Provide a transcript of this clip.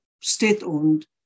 state-owned